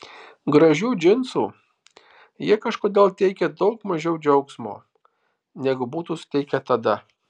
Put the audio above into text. gražių džinsų jie kažkodėl teikia daug mažiau džiaugsmo negu būtų suteikę tada